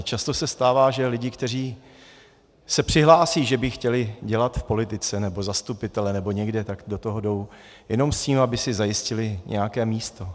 Často se stává, že lidé, kteří se přihlásí, že by chtěli dělat v politice nebo zastupitele nebo někde, tak do toho jdou jenom s tím, aby si zajistili nějaké místo.